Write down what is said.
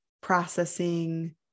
processing